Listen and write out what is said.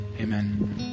amen